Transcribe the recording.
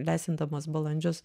lesindamas balandžius